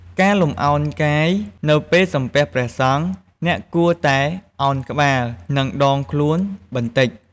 ការលំអោនកាយនៅពេលសំពះព្រះសង្ឃ អ្នកគួរតែឱនក្បាល និងដងខ្លួនបន្តិច។